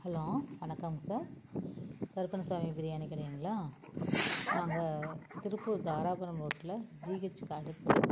hello வணக்கம் sir Karuppannasamy biryani கடையிங்களா நாங்கள் திருப்பூர் தாராபுரம் ரோட்ல ஜிஹெச்சிக்கு அடுத்து